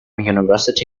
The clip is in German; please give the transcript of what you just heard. university